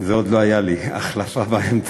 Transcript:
זה עוד לא היה לי, החלפה באמצע.